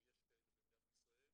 ויש כאלה במדינת ישראל,